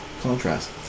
contrast